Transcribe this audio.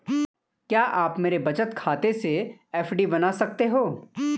क्या आप मेरे बचत खाते से एफ.डी बना सकते हो?